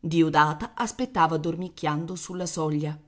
diodata aspettava dormicchiando sulla soglia